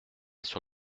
sur